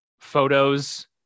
photos